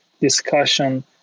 discussion